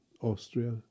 Austria